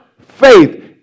faith